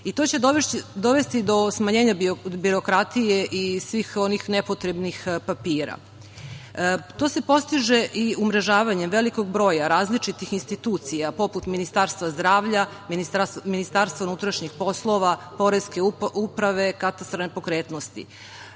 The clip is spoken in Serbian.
i to će dovesti do smanjenja birokratije i svih onih nepotrebnih papira. To se postiže i umrežavanjem velikog broja različitih institucija poput Ministarstva zdravlja, Ministarstva unutrašnjih poslova, Poreske uprave, Katastra nepokretnosti